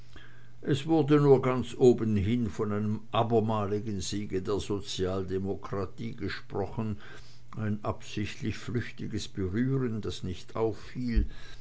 es wurde nur ganz obenhin von einem abermaligen siege der sozialdemokratie gesprochen ein absichtlich flüchtiges berühren das nicht auffiel